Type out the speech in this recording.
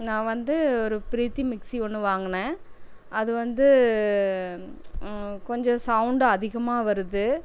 நான் வந்து ஒரு ப்ரீத்தி மிக்சி ஒன்று வாங்கினேன் அது வந்து கொஞ்சம் சவுண்ட் அதிகமாக வருது